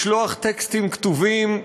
לשלוח טקסטים כתובים ביד,